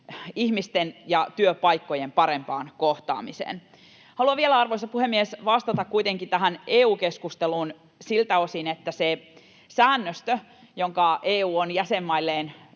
ihmisten ja työpaikkojen parempaan kohtaamiseen. Haluan vielä, arvoisa puhemies, vastata kuitenkin tähän EU-keskusteluun siltä osin, että se säännöstö, jonka EU on jäsenmailleen